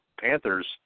Panthers